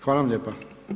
Hvala vam lijepo.